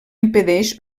impedeix